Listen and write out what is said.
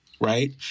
right